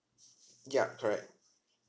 ya correct